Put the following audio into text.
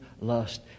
lust